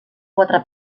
quatre